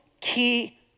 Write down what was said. key